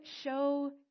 show